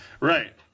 Right